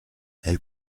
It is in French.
elle